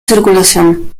circulación